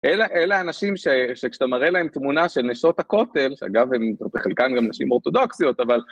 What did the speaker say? אלה האנשים שכשאתה מראה להם תמונה של נשות הכותל, שאגב הן חלקן גם נשים אורתודוקסיות, אבל...